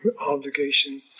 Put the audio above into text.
obligation